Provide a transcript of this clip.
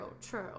true